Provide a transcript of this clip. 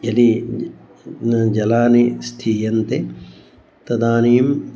यदि जलानि स्थीयन्ते तदानीम्